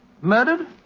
Murdered